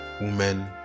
women